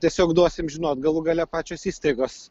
tiesiog duosim žinot galų gale pačios įstaigos